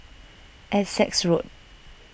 Essex Road